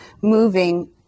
moving